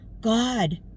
God